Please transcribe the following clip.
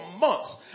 months